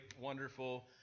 wonderful